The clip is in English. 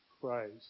Christ